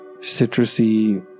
citrusy